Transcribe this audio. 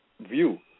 view